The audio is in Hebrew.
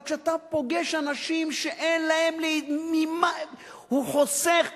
אבל כשאתה פוגש אנשים שאין להם ממה, הוא חוסך